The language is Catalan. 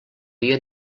via